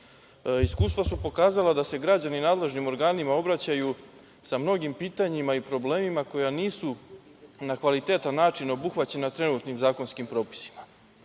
građana. Iskustva su pokazala da se građani nadležnim organima obraćaju sa mnogim pitanjima i problemima koji nisu na kvalitetan način obuhvaćena trenutnim zakonskim propisima.